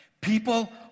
People